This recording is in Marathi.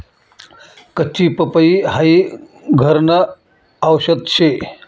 कच्ची पपई हाई घरन आवषद शे